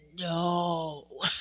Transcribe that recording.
No